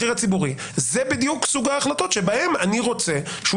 זה בדיוק סוג ההחלטות שבהן אני רוצה שהוא